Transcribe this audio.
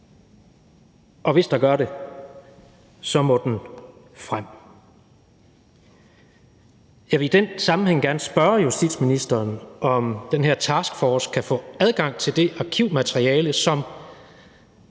og hvis der gør det, må den frem. Jeg vil i den sammenhæng gerne spørge justitsministeren, om den her taskforce kan få adgang til det arkivmateriale, som